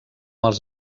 els